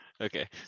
Okay